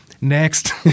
next